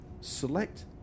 select